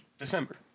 December